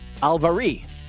Alvari